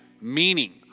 Meaning